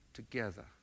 together